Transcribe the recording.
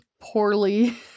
poorly